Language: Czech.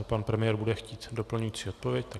Pan premiér bude chtít doplňující odpověď.